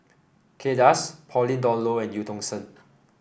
Kay Das Pauline Dawn Loh and Eu Tong Sen